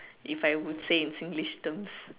if I would say in Singlish terms